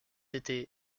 été